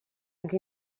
anche